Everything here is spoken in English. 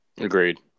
Agreed